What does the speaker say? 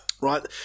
Right